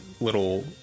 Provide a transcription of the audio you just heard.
little